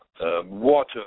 water